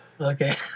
Okay